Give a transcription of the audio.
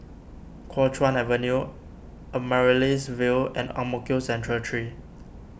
Kuo Chuan Avenue Amaryllis Ville and Ang Mo Kio Central three